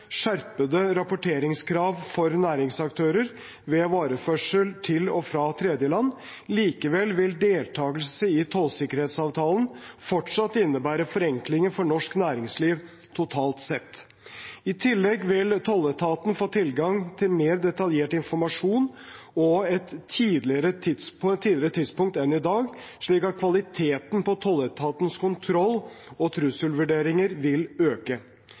skjerpede rapporteringskrav for næringsaktører ved vareførsel til og fra tredjeland. Likevel vil deltakelse i tollsikkerhetsavtalen fortsatt innebære forenklinger for norsk næringsliv totalt sett. I tillegg vil tolletaten få tilgang til mer detaljert informasjon på et tidligere tidspunkt enn i dag, slik at kvaliteten på tolletatens kontroll og trusselvurderinger vil øke.